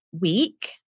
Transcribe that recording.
week